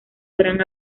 gran